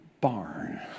barn